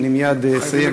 משה,